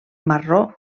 marró